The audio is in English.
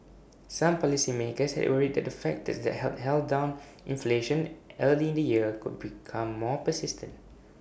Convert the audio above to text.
some policymakers had worried that the factors that had held down inflation early in the year could become more persistent